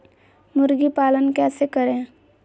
मुर्गी पालन कैसे करें?